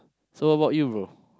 so how about you bro